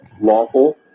lawful